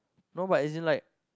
no but as in like